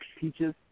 peaches